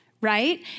right